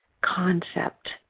concept